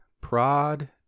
prod